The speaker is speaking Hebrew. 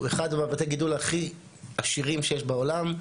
הוא אחד מבתי הגידול הכי עשירים שיש בעולם,